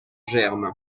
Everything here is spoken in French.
germe